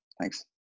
thanks